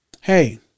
hey